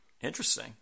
Interesting